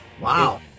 Wow